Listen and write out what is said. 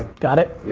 got it? yeah.